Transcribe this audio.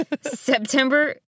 September